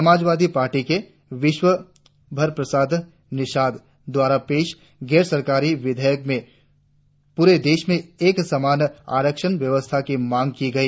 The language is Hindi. समाजवादी पार्टी के विश्वभर प्रसाद निषाद द्वारा पेश गैर सरकारी विधेयक में पूरे देश में एक समान आरक्षण व्यवस्था की मांग की गई